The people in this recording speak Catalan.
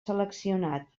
seleccionat